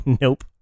Nope